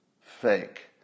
fake